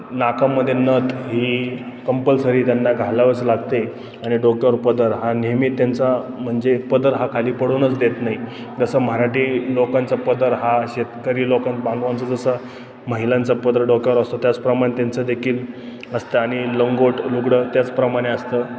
नाकामध्ये नथ ही कंपल्सरी त्यांना घालावंच लागते आणि डोक्यावर पदर हा नेहमी त्यांचा म्हणजे पदर हा खाली पडूनच देत नाही जसं मराठी लोकांचा पदर हा शेतकरी लोकां बांधवांचं जसं महिलांचा पदर डोक्यावर असतो त्याचप्रमाणे त्यांचंदेखील असतं आणि लंगोट लुगडं त्याचप्रमाणे असतं